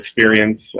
experience